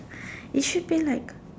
it should be like